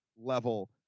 level